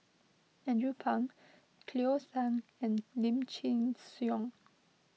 Andrew Phang Cleo Thang and Lim Chin Siong